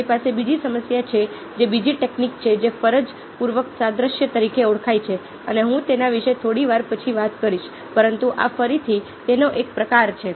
તમારી પાસે બીજી સમસ્યા છે જે બીજી ટેકનિક છે જે ફરજ પૂર્વક સાદ્રશ્ય તરીકે ઓળખાય છે અને હું તેના વિશે થોડી વાર પછી વાત કરીશ પરંતુ આ ફરીથી તેનો એક પ્રકાર છે